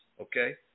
Okay